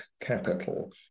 capital